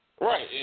Right